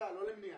לא למניעה.